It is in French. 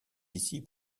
ici